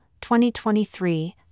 2023